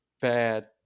bad